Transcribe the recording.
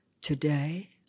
Today